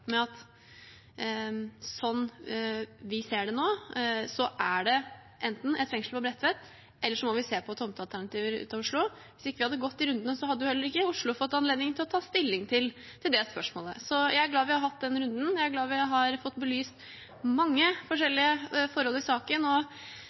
at sånn vi ser det nå, er det enten et fengsel på Bredtvet, eller så må vi se på tomtealternativer utenfor Oslo – hadde heller ikke Oslo fått anledning til å ta stilling til det spørsmålet. Jeg er glad vi har hatt den runden, og jeg er glad vi har fått belyst mange